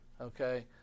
okay